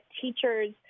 teachers –